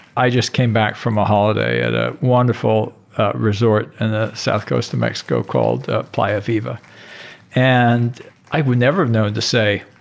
i just came back from a holiday at a wonderful resort in the south coast of mexico called playa viva and i would never have known to say